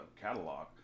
catalog